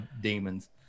demons